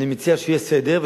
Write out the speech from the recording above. אני מציע שיהיה סדר.